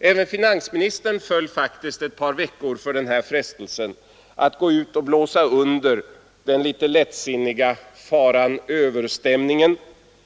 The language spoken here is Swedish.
Även finansministern föll faktiskt ett par veckor för frestelsen att gå ut och blåsa under den här lättsinniga faran-över-stämningen